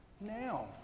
now